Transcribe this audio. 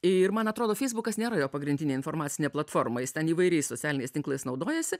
ir man atrodo feisbukas nėra jo pagrindinė informacinė platforma jis ten įvairiais socialiniais tinklais naudojasi